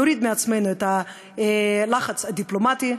נוריד מעצמנו את הלחץ הדיפלומטי,